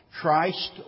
Christ